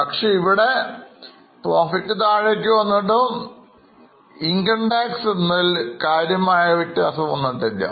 പക്ഷേ ഇവിടെ പ്രോഫിറ്റ് താഴേക്ക് വന്നിട്ടും ഇൻകംടാക്സ്എന്നതിൽ കാര്യമായ വ്യത്യാസം വന്നിട്ടില്ല